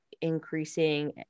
increasing